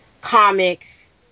comics